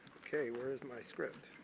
okay. where is my script?